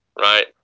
Right